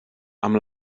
amb